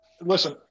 Listen